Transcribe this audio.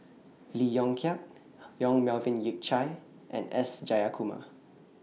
Lee Yong Kiat Yong Melvin Yik Chye and S Jayakumar